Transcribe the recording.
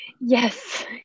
yes